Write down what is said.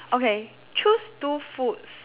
okay choose two food